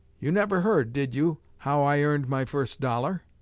you never heard, did you, how i earned my first dollar?